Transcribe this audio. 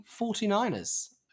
49ers